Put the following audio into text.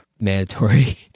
mandatory